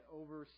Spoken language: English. over